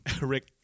Rick